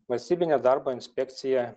valstybinė darbo inspekcija